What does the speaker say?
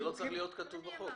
זה לא צריך להיות כתוב בחוק.